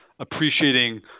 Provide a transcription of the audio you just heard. appreciating